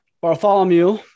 Bartholomew